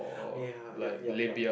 ya yup yup yup